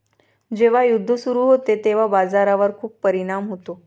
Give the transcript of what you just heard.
जेव्हा युद्ध सुरू होते तेव्हा बाजारावर खूप परिणाम होतो